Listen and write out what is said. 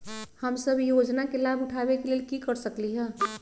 हम सब ई योजना के लाभ उठावे के लेल की कर सकलि ह?